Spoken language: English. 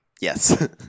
Yes